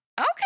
Okay